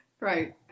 Right